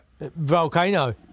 Volcano